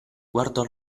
guardò